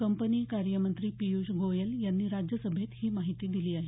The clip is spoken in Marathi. कंपनी कार्य मंत्री पिय्ष गोयल यांनी राज्यसभेत ही माहिती दिली आहे